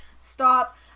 stop